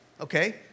okay